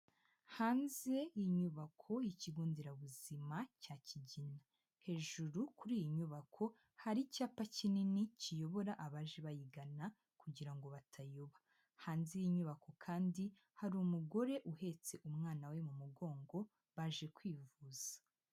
Hanze y'inyubako y'ikigo nderabuzima cya Kigina, hejuru kuri iyi nyubako hari icyapa kinini kiyobora abaje bayigana kugira ngo batayoba, hanze y'inyubako kandi hari umugore uhetse umwana we mu mugongo baje kwivuza.